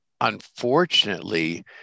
unfortunately